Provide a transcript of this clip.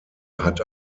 hat